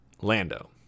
Lando